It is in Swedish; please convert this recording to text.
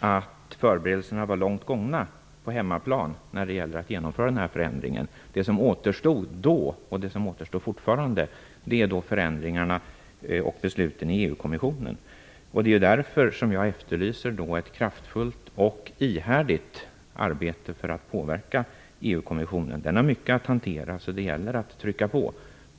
att förberedelserna var långt gångna på hemmaplan när det gäller att genomföra den här förändringen. Det som då återstod, och det återstår fortfarande, är förändringarna och besluten i EU kommissionen. Det är därför som jag efterlyser ett kraftfullt och ihärdigt arbete för att påverka EU kommissionen. Den har mycket att hantera, så det gäller att trycka på.